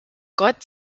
gott